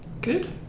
good